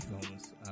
films